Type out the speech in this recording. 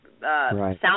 sound